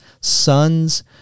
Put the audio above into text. sons